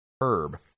Herb